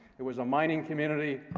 it was a mining community.